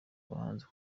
bahanzi